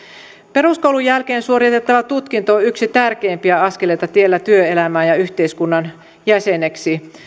peruskoulun jälkeen suoritettava tutkinto on yksi tärkeimpiä askeleita tiellä työelämään ja yhteiskunnan jäseneksi